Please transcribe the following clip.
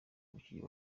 umukinnyi